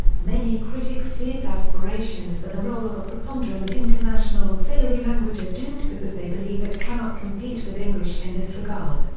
many critics see its aspirations for the role of a preponderant international auxiliary language as doomed because they believe it cannot compete with english in this regard.